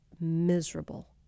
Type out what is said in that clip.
miserable